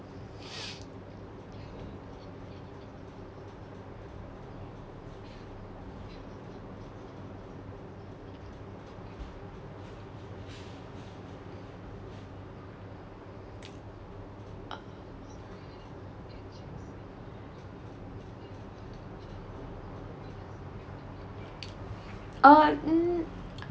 oh mm